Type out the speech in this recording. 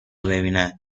ببینید